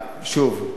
שוב,